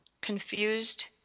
confused